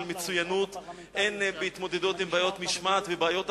מצוינות והן בהתמודדות עם בעיות משמעת ובעיות אחרות.